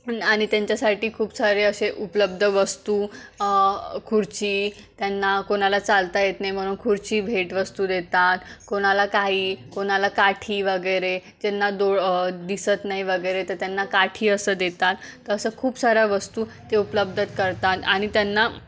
आणि त्यांच्यासाठी खूप सारे असे उपलब्ध वस्तू खुर्ची त्यांना कोणाला चालता येत नाही म्हणून खुर्ची भेटवस्तू देतात कोणाला काही कोणाला काठी वगैरे ज्यांना डोळ दिसत नाही वगैरे तर त्यांना काठी असं देतात तर असं खूप साऱ्या वस्तू ते उपलब्ध करतात आणि त्यांना